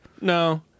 No